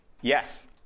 Yes